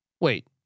Wait